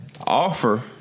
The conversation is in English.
Offer